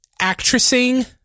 actressing